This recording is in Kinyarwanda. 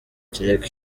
kereka